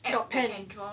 got pen